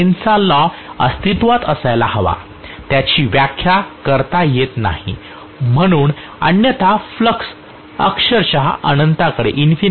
लेन्झचा law अस्तित्त्वात असायला हवा त्याची व्याख्या करता येत नाही म्हणून अन्यथा फ्लक्स अक्षरशः अनंताकडे जाईल